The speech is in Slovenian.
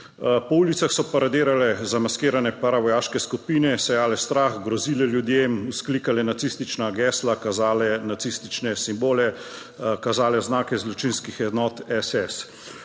Po ulicah so paradirale zamaskirane paravojaške skupine, sejale strah, grozile ljudem, vzklikale nacistična gesla, kazale nacistične simbole, kazale znake zločinskih enot SS.